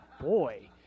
Boy